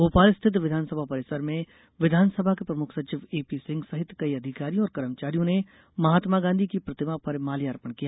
भोपाल स्थित विधानसभा परिसर में विधानसभा के प्रमुख सचिव एपीसिंह सहित कई अधिकारियों और कर्मचारियों ने महात्मा गांधी की प्रतिमा पर माल्यार्पण किया